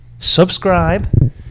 subscribe